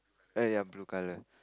ya ya blue colour